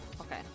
okay